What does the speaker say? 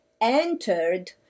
entered